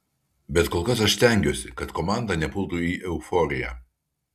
bet kol kas aš stengiuosi kad komanda nepultų į euforiją